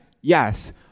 yes